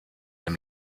dem